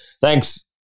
Thanks